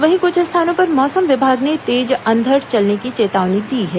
वहीं कुछ स्थानों पर मौसम विभाग ने तेज अंधड़ चलने की चेतावनी दी है